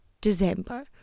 december